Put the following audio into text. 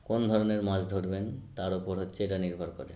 কোন ধরনের মাছ ধরবেন তার উপর হচ্ছে এটা নির্ভর করে